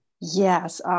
Yes